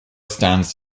stands